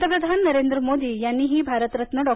पंतप्रधान नरेंद्र मोदी यांनीही भारतरत्न डॉ